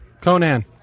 Conan